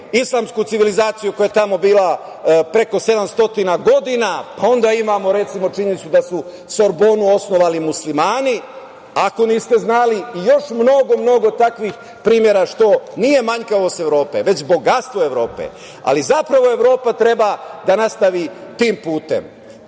islamsku civilizaciju koja je tamo bila preko 700 godina, pa imamo činjenicu da su Sorbonu osnovali muslimani, ako niste znali, i još mnogo, mnogo takvih primera što nije manjkavost Evrope, nego bogatstvo Evrope. Zapravo Evropa treba da nastavi tim putem,